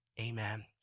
amen